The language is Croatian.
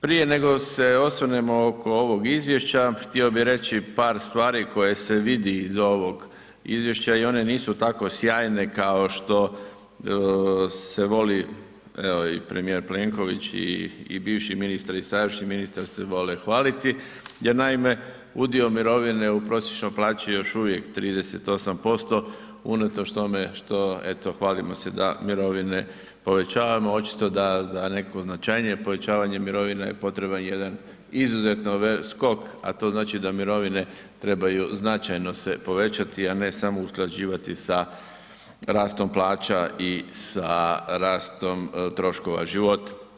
Prije nego se osvrnem oko ovo izvješća, htio bih reći par stvari koje se vidi iz ovog izvješća i one nisu tako sjajne kao što se voli, evo i premijer Plenković i bivši ministri i sadašnji ministar se vole hvaliti, jer naime udio mirovine u prosječnoj plaći je još uvijek 38% unatoč tome što eto hvalimo se da mirovine povećavamo očito da za neko značajnije povećavanje mirovina je potreban jedan izuzetno skok, a to znači da mirovine trebaju značajno se povećati, a ne samo usklađivati sa rastom plaća i sa rastom troškova života.